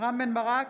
רם בן ברק,